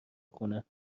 خونه